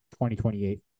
2028